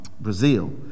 Brazil